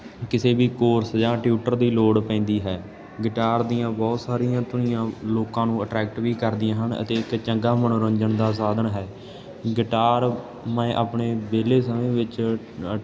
ਕਿਸੇ ਵੀ ਕੋਰਸ ਜਾਂ ਟਿਊਟਰ ਦੀ ਲੋੜ ਪੈਂਦੀ ਹੈ ਗਿਟਾਰ ਦੀਆਂ ਬਹੁਤ ਸਾਰੀਆਂ ਧੁਨੀਆਂ ਲੋਕਾਂ ਨੂੰ ਅਟਰੈਕਟ ਵੀ ਕਰਦੀਆਂ ਹਨ ਅਤੇ ਇੱਕ ਚੰਗਾ ਮਨੋਰੰਜਨ ਦਾ ਸਾਧਨ ਹੈ ਗਿਟਾਰ ਮੈਂ ਆਪਣੇ ਵਿਹਲੇ ਸਮੇਂ ਵਿੱਚ